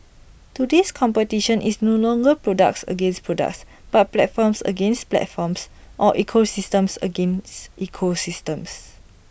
today's competition is no longer products against products but platforms against platforms or ecosystems against ecosystems